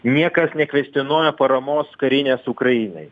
niekas nekvestionuoja paramos karinės ukrainai